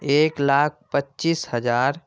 ایک لاکھ پچیس ہزار